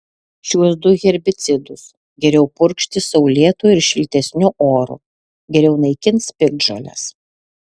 šiuos du herbicidus geriau purkšti saulėtu ir šiltesniu oru geriau naikins piktžoles